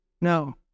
No